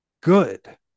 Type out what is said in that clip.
good